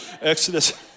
Exodus